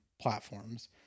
platforms